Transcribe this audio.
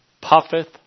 puffeth